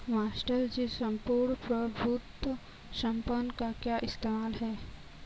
Master ji सम्पूर्ण प्रभुत्व संपन्न का क्या इस्तेमाल है?